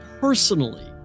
personally